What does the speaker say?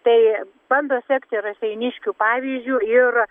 tai bando sekti raseiniškių pavyzdžiu ir